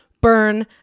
burn